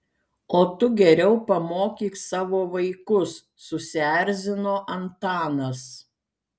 o tu geriau pamokyk savo vaikus susierzino antanas